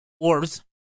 orbs